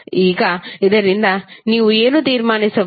ಈಗ ಇದರಿಂದ ನೀವು ಏನು ತೀರ್ಮಾನಿಸಬಹುದು